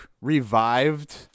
revived